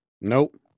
Nope